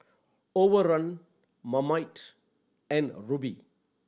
Overrun Marmite and Rubi